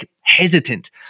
hesitant